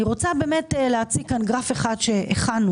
אני רוצה להציג פה גרף אחד שהכנו,